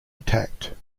attacked